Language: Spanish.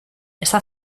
está